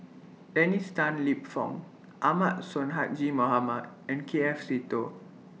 Dennis Tan Lip Fong Ahmad Sonhadji Mohamad and K F Seetoh